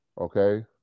Okay